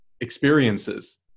experiences